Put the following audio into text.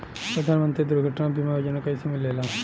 प्रधानमंत्री दुर्घटना बीमा योजना कैसे मिलेला?